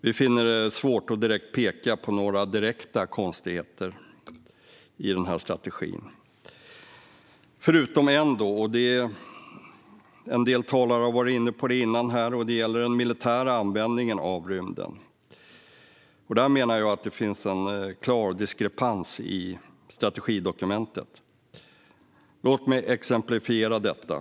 Vi finner det svårt att peka på några direkta konstigheter i strategin, förutom en. En del talare har varit inne på det, och det gäller den militära användningen av rymden. Där menar jag att det finns en klar diskrepans i strategidokumentet. Låt mig exemplifiera detta.